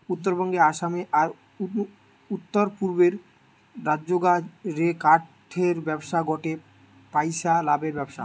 উত্তরবঙ্গে, আসামে, আর উততরপূর্বের রাজ্যগা রে কাঠের ব্যবসা গটে পইসা লাভের ব্যবসা